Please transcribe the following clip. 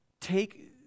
take